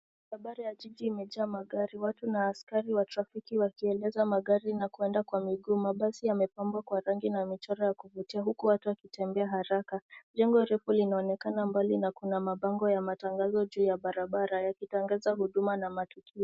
Barabara ya jiji imejaa magari, watu na askari wa trafiki wakieleza magari na kwenda kwa miguu. Mabasi yamepambwa kwa rangi na michoro ya kuvutia huku watu wakitembea haraka. Jengo refu linaonekana mbali na kuna mabango ya matangazo juu ya barabara yakitangaza huduma na matukio.